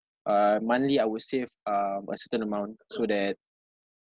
uh monthly I would save um a certain amount so that